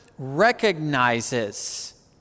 recognizes